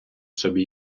собі